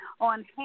on